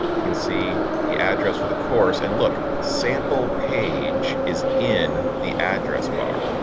you can see the address for the course, and look, sample page is in the address bar.